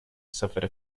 suffered